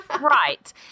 Right